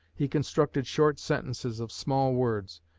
he constructed short sentences of small words,